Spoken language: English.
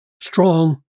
strong